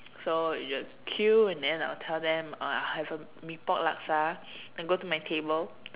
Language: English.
so you just queue and then I'll tell them I'll have a Mee-Pok Laksa and go to my table